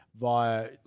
via